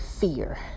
fear